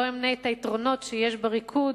לא אמנה את היתרונות שיש בריקוד,